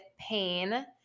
pain